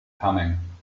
coming